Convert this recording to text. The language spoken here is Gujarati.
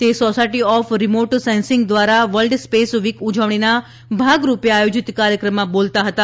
તે સોસાયટી ઑફ રિમોટ સેન્સિંગ દ્વારા વર્લ્ડ સ્પેસ વીક ઉજવણીના ભાગ રૂપે આયોજિત કાર્યક્રમમાં બોલતા હતા